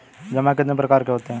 जमा कितने प्रकार के होते हैं?